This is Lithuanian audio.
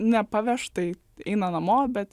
nepaveš tai eina namo bet